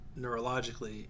neurologically